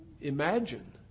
imagine